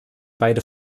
beide